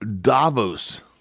Davos